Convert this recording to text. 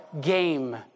game